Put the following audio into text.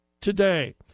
today